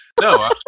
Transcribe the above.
No